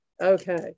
Okay